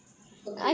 okay